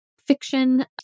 fiction